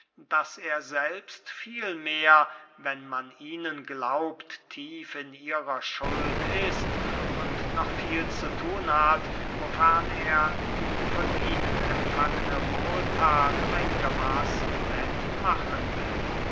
daß er selbst vielmehr wenn man ihnen glaubt tief in ihrer schuld ist und noch viel zu thun hat wofern er die von ihnen empfangene wohlthat einiger maßen wett machen will